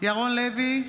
ירון לוי,